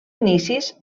inicis